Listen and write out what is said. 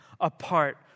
apart